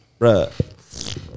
Bruh